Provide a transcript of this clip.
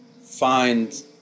Find